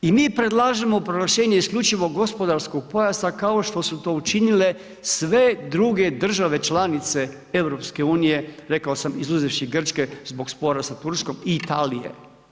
I mi predlažemo proglašenje isključivog gospodarskog pojasa kao što su to učinile sve druge države članice EU, rekao sam izuzevši Grčke zbog spora sa Turskom i Italije.